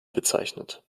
bezeichnet